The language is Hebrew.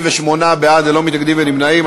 38 בעד, ללא מתנגדים וללא נמנעים.